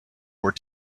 were